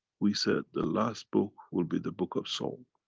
we said the last book will be the book of soul.